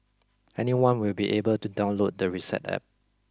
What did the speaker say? anyone will be able to download the reset App